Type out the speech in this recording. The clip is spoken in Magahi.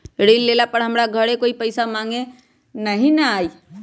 ऋण लेला पर हमरा घरे कोई पैसा मांगे नहीं न आई?